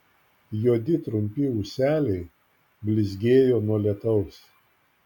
juodi trumpi ūseliai blizgėjo nuo lietaus